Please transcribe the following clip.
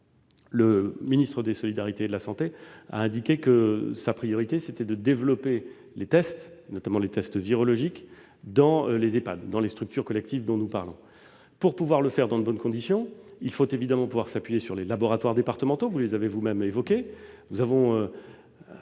Le ministre des solidarités et de la santé a indiqué que sa priorité était de développer les tests, notamment virologiques, dans les Ehpad et dans les structures collectives dont nous parlons. Pour le faire dans de bonnes conditions, il faut évidemment s'appuyer sur les laboratoires départementaux, que vous avez vous-même évoqués.